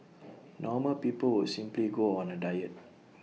normal people would simply go on A diet